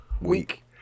week